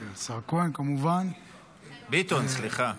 ביטון, סליחה.